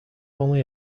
only